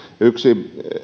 yksi